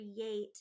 create